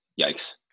Yikes